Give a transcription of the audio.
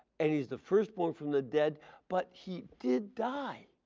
and he is the firstborn from the dead but he did die